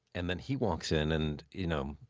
and then he walks in, and, you know,